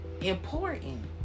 important